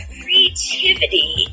creativity